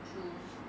true